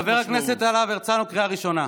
חבר הכנסת להב הרצנו, קריאה ראשונה.